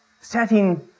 setting